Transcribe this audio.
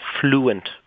fluent